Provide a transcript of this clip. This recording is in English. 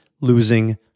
losing